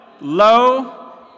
low